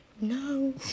No